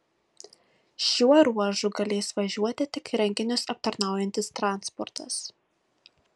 šiuo ruožu galės važiuoti tik renginius aptarnaujantis transportas